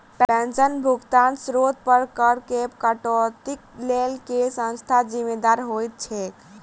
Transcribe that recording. पेंशनक भुगतानक स्त्रोत पर करऽ केँ कटौतीक लेल केँ संस्था जिम्मेदार होइत छैक?